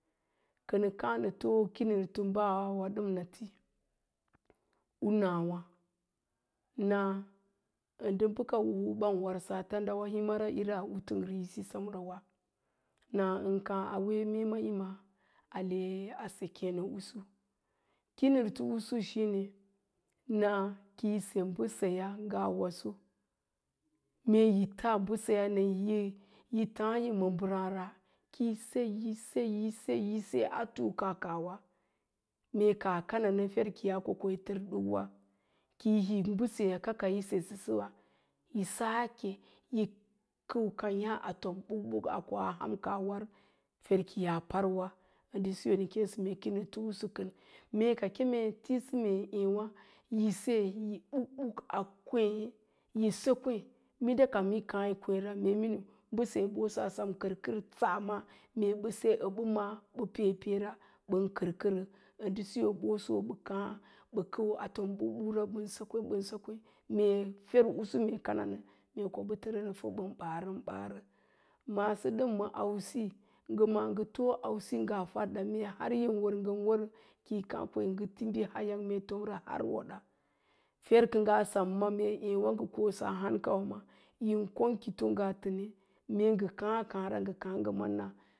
Kənə káá nə too kinirto baawa ɗam nə ti, u nawá n ə ndə bəka u bən warsa a tandawa, himara ira ‘u təngre'isu semrawa. Na ən káá a wee me'é ma'ima ne ase kéeno'usu. Kinito'usu shine na ki yi se mbəseyaa ngaa waso, mee yi taa mbəseyaa nən yi tááyi ma mbəráára, yi. se, yi se, yi se a tuuka kaa kaawa mee kaa kabab a fer ko yaa tər duk'wa ki yi hik mbəseyaa kaka yi sesə səba yi sake yi kəu kéeyá atom bukbuk a koa ham ka. War fer ki yaa parwa ndə siyo nə kéésə mee kinirto'usu kən mee ka keme tisə me, ééwa yi se a kwéé yi səkwéé, minda kam yi káá yi kwééra, mee miniu sabəse yaaɓosa sem kərkər sa maa mee mbə se əɓə ma'á mbə pee peerara, mbən kərkərə, ndə siyo ɓoso mbə káá mbə kəu a tom bukbukra, mbən səkwéé, mbən səkwá fer tusú mee mee kananə, mee ko mbə tərən pə ɓan mbarən-mbarə, maaso dəm ma auwesi, ngə maá ngə too ausi ngaa fadda, mee har yin wər ngə wərə ki yi káá ko yi ngə timbi hayang har woɗa. Fer kə ngaa sa ma mee ngə kosaa hankawa ma yin kong kito ngaa təne, káá a kááea, nga káá ngə ma na.